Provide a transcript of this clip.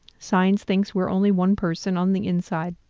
science things we're only one person on the inside.